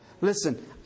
Listen